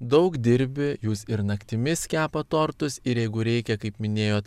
daug dirbi jūs ir naktimis kepat tortus ir jeigu reikia kaip minėjot